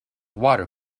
water